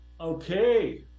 okay